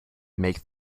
make